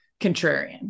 contrarian